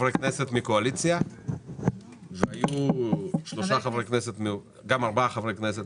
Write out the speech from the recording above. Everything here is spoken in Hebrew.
כנסת מהקואליציה וארבעה חברי כנסת מהאופוזיציה.